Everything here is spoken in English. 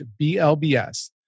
BLBS